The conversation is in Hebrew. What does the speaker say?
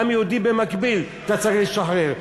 גם יהודי במקביל אתה צריך לשחרר.